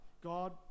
god